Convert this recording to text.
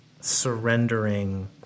surrendering